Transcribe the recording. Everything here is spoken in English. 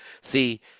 See